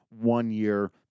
one-year